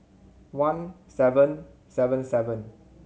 one seven seven seven